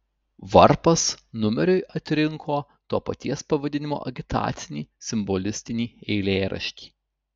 varpas numeriui atrinko to paties pavadinimo agitacinį simbolistinį eilėraštį